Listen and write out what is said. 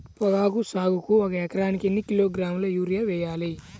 పొగాకు సాగుకు ఒక ఎకరానికి ఎన్ని కిలోగ్రాముల యూరియా వేయాలి?